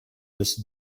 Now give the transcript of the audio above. this